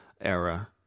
era